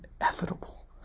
inevitable